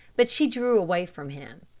but she drew away from him.